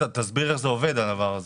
תסביר איך זה עובד, הדבר הזה.